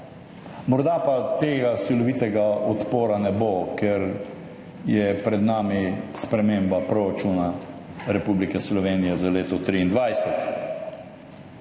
Morda pa tega silovitega odpora ne bo, ker je pred nami sprememba proračuna Republike Slovenije za leto 2023.